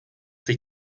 sich